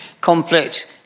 Conflict